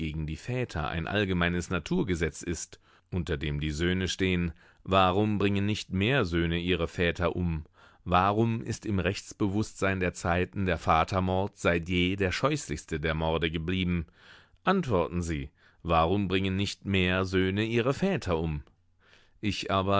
die väter ein allgemeines naturgesetz ist unter dem die söhne stehen warum bringen nicht mehr söhne ihre väter um warum ist im rechtsbewußtsein der zeiten der vatermord seit je der scheußlichste der morde geblieben antworten sie warum bringen nicht mehr söhne ihre väter um ich aber